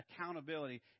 Accountability